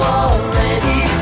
already